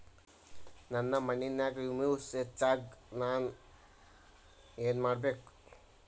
ನನ್ನ ಮಣ್ಣಿನ್ಯಾಗ್ ಹುಮ್ಯೂಸ್ ಹೆಚ್ಚಾಕ್ ನಾನ್ ಏನು ಮಾಡ್ಬೇಕ್?